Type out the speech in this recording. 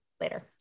Later